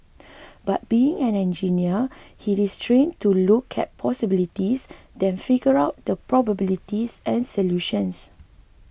but being an engineer he is trained to look at possibilities then figure out the probabilities and solutions